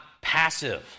passive